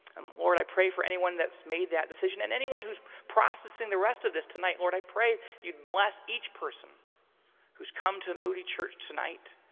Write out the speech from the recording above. um lord, i pray for anyone that's made that decision, and anyone who's processing the rest of this tonight, lord, i pray. you'd bless each person who's come to moody church tonight,